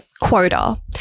quota